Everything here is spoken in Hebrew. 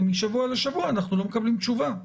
ומשבוע לשבוע אנחנו לא מקבלים תשובה.